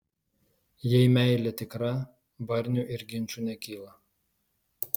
jei meilė tikra barnių ir ginčų nekyla